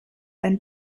ein